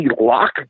lock